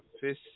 fish